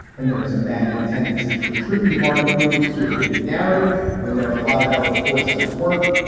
and there is a maddening tendency to attribute market moves to a big narrative when there are a lot of other forces at work.